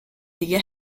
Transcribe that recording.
دیگه